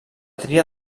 tria